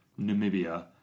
Namibia